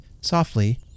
softly